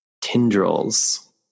tendrils